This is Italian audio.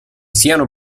siano